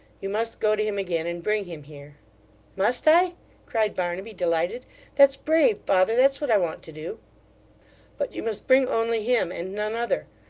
you must go to him again, and bring him here must i cried barnaby, delighted that's brave, father. that's what i want to do but you must bring only him, and none other.